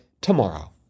tomorrow